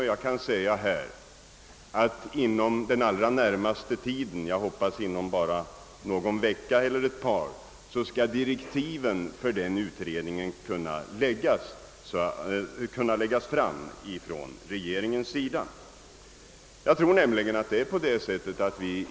Jag hoppas att direktiven skall kunna läggas fram under den allra närmaste tiden — inom någon eller några veckor.